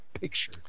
picture